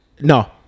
No